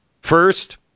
first